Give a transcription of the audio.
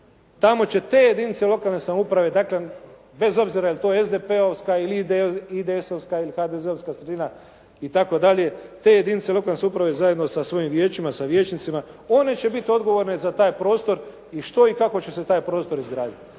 tamo će te jedinice lokalne samouprave, dakle bez obzira je li to SDP-ovska ili IDS-ovska ili HDZ-ovska sredina i tako dalje. Te jedinice lokalne samouprave zajedno sa svojim vijećima, sa vijećnicima, one će biti odgovorne za taj prostor i što i kako će se taj prostor izgraditi.